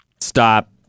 Stop